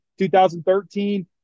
2013